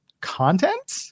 content